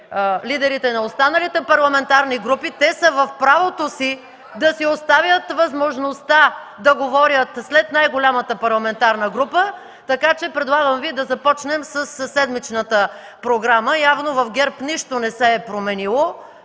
лидерите на останалите парламентарна групи. Те са в правото си да си оставят възможността да говорят след най-голямата парламентарна група, така че Ви предлагам да започнем със седмичната програма. Явно в ГЕРБ нищо не се е променило